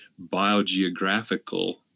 biogeographical